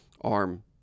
arm